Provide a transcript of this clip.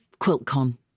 QuiltCon